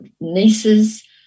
nieces